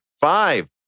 five